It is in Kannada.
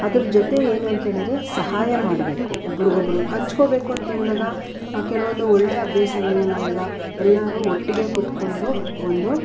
ಅದ್ರ ಜೊತೆ ಏನೂ ಅಂಥೇಳಿದರೆ ಸಹಾಯ ಮಾಡಬೇಕು ಒಬ್ಬರಿಗೊಬ್ರು ಹಂಚ್ಕೋಬೇಕು ಅಂಥೇಳಿದಾಗ ಕೆಲವೊಂದು ಒಳ್ಳೆಯ ಅಭ್ಯಾಸಗಳನ್ನ ನಾವೀಗ ಎಲ್ಲರೂ ಒಟ್ಟಿಗೆ ಕೂತುಕೊಂಡು ಒಂದು